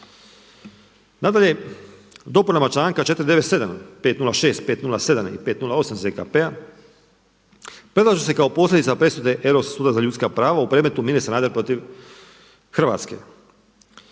Nadalje, dopunama članka 497., 506., 507. i 508. ZKP-a predlažu se kao posljedica presude Europskog suda za ljudska prava u predmetu Mirjane Sanader protiv Hrvatske.